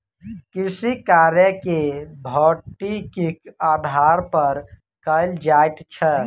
कृषिकार्य के भौतिकीक आधार पर कयल जाइत छै